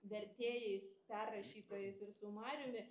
vertėjais perrašytojais ir su mariumi